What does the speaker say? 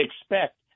expect